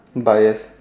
biased